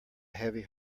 heavy